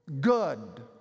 good